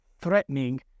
threatening